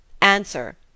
Answer